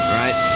right